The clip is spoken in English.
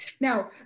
Now